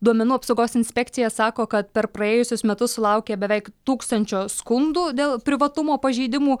duomenų apsaugos inspekcija sako kad per praėjusius metus sulaukė beveik tūkstančio skundų dėl privatumo pažeidimų